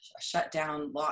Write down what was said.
shutdown